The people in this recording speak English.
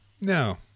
No